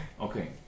Okay